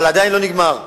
אבל עדיין לא נגמר.